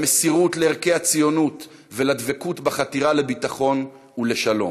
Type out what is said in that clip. למסירות לערכי הציונות ולדבקות בחתירה לביטחון ולשלום,